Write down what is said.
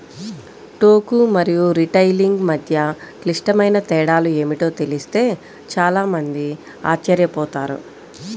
టోకు మరియు రిటైలింగ్ మధ్య క్లిష్టమైన తేడాలు ఏమిటో తెలిస్తే చాలా మంది ఆశ్చర్యపోతారు